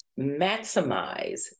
maximize